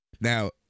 Now